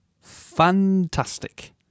Fantastic